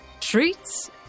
treats